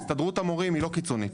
הסתדרות המורים היא לא קיצונית.